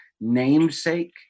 namesake